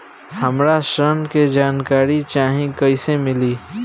हमरा ऋण के जानकारी चाही कइसे मिली?